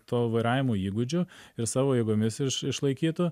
to vairavimo įgūdžių ir savo jėgomis iš išlaikytų